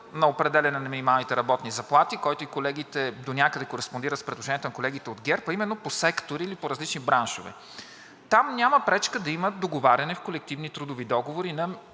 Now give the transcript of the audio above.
на определяне на минималните работни заплати, това донякъде кореспондира и с предложението на колегите от ГЕРБ, а именно по сектори или по-различни браншове. Там няма пречка да има договаряне в колективни трудови договори на